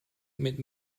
mit